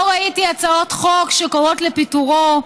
לא ראיתי הצעות חוק שקוראות לפיטורו.